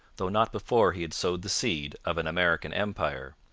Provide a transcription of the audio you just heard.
though not before he had sowed the seed of an american empire.